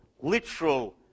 literal